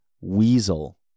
weasel